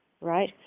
Right